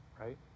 Right